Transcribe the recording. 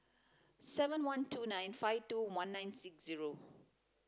seven one two nine five two one nine six zero